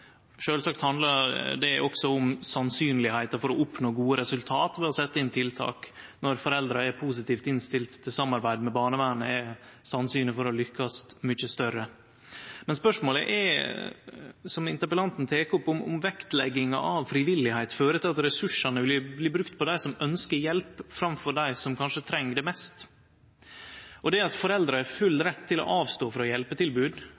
Sjølvsagt handlar det også om sannsynlegheita for å oppnå gode resultat ved å setje inn tiltak. Når foreldra er positivt innstilte til samarbeid med barnevernet, er sannsynet for å lykkast mykje større. Men spørsmålet er – som interpellanten tek opp – om vektlegginga av frivilligheit fører til at ressursane vert brukte på dei som ønskjer hjelp framfor dei som kanskje treng det mest. At foreldra har full rett til å avstå frå hjelpetilbod,